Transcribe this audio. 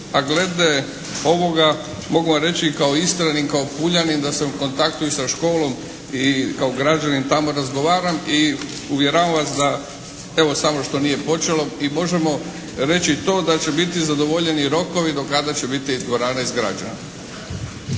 a glede ovoga mogu vam reći i kao Istranin i kao Puljanin da sam u kontaktu i sa školom i kao građanin tamo razgovaram i uvjeravam vas da, evo samo što nije počelo i možemo reći to da će biti zadovoljeni rokovi do kada će biti dvorana izgrađena.